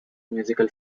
musical